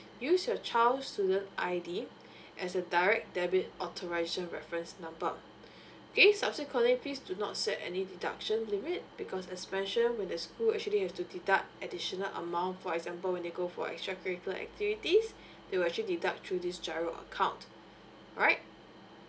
use your child student ID as your direct debit authorization reference number okay subsequently please do not set any deduction limit because as mentioned when the school actually have to deduct additional amount for example when they go for extra curricular activities they will actually deduct through this G_I_R_O account alright